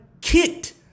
kicked